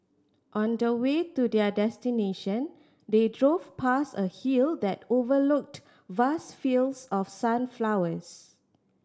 on the way to their destination they drove past a hill that overlooked vast fields of sunflowers